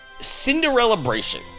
Cinderella-bration